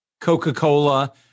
Coca-Cola